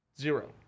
zero